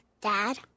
Dad